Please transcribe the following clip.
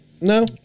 No